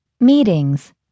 Meetings